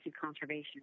conservation